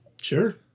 Sure